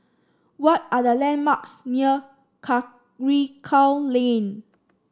what are the landmarks near Karikal Lane